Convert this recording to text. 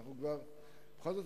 אנחנו כבר בכל זאת,